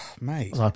Mate